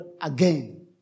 again